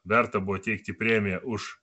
verta buvo teikti premiją už